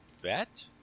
vet